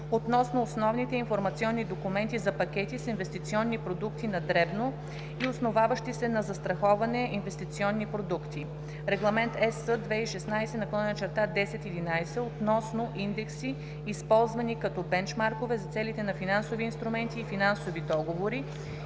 относно основните информационни документи за пакети с инвестиционни продукти на дребно и основаващи се на застраховане инвестиционни продукти, Регламент EС 2016/1011 относно индекси, използвани като бенчмаркове за целите на финансови инструменти и финансови договори